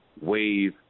wave